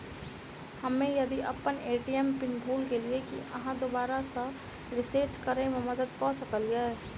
हम्मे यदि अप्पन ए.टी.एम पिन भूल गेलियै, की अहाँ दोबारा सेट रिसेट करैमे मदद करऽ सकलिये?